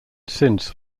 since